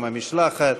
עם משלחת,